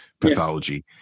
pathology